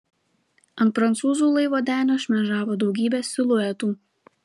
ant prancūzų laivo denio šmėžavo daugybė siluetų